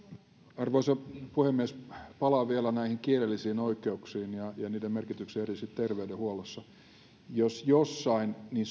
arvoisa puhemies palaan vielä näihin kielellisiin oikeuksiin ja niiden merkitykseen erityisesti terveydenhuollossa jos jossain niin